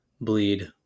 bleed